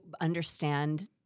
understand